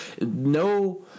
no